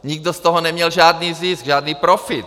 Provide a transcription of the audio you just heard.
Nikdo z toho neměl žádný zisk, žádný profit.